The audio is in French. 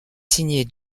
signé